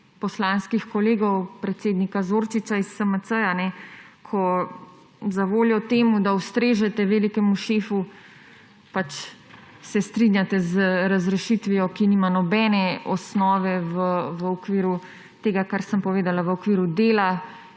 poslanskih kolegov predsednika Zorčiča iz SMC, ko zavoljo tega, da ustrežete velikemu šefu, se strinjate z razrešitvijo, ki nima nobene osnove v okviru tega, kar sem povedala, v okviru dela